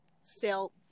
sell